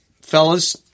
fellas